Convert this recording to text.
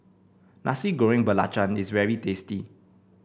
Nasi Goreng Belacan is very tasty